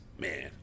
Man